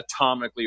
atomically